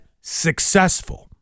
successful